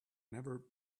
never